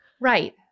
Right